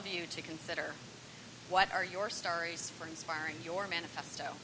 of you to consider what are your stories for inspiring your manifesto